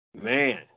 Man